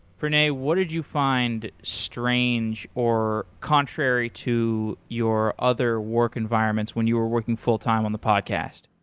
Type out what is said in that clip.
pranay, what did you find strange or contrary to your other work environments when you were working full-time on the podcast?